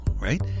right